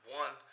one